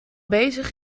bezig